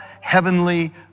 heavenly